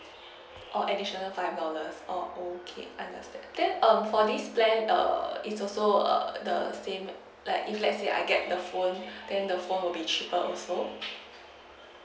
oh additional five dollars oh okay understand then um for this plan err it's also err the same like if let's say I get the phone then the phone would be cheaper also